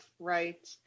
Right